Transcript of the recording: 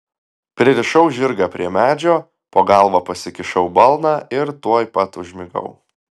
pririšau žirgą prie medžio po galva pasikišau balną ir tuoj pat užmigau